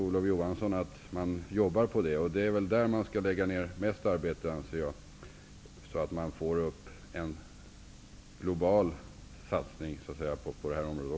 Olof Johansson sade att man jobbar med det, och jag anser att det är där man bör lägga ned det mesta arbetet, så att satsningen blir global också på detta område.